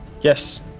Yes